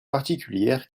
particulière